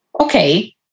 Okay